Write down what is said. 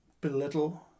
belittle